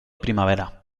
primavera